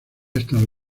estado